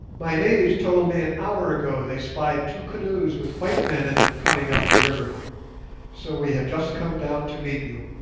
my natives told me an hour ago they spied two canoes with white men in them coming up the river so we have just come down to meet you